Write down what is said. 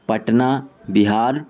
Patna Bihar